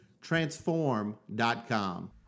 transform.com